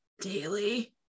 daily